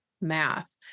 math